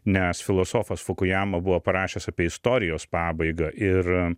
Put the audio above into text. nes filosofas fukujama buvo parašęs apie istorijos pabaigą ir